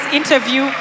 interview